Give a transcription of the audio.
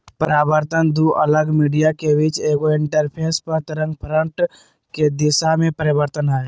परावर्तन दू अलग मीडिया के बीच एगो इंटरफेस पर तरंगफ्रंट के दिशा में परिवर्तन हइ